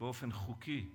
באופן חוקי,